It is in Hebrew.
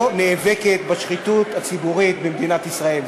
נאבקות בשחיתות הציבורית במדינת ישראל.